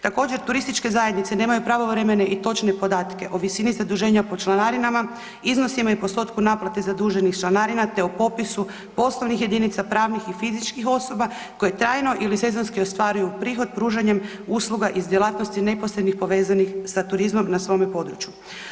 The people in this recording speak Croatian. Također turističke zajednice nemaju pravovremene i točne podatke o visini zaduženja po članarinama, iznosima i postotku naplate zaduženih članarina te o popisu poslovnih jedinica, pravnih i fizičkih osoba koje trajno ili sezonski ostvaruju prihod pružanjem usluga iz djelatnosti neposredno povezanih sa turizmom na svome području.